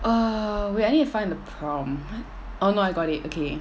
err wait I need to find the prompt oh no I got it okay